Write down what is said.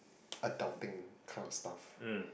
adult thing kind of stuff